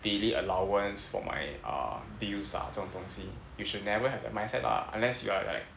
daily allowance for my uh use ah 这种东西 you should never have that mindset lah unless you are like